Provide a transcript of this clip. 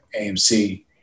AMC